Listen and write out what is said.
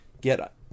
get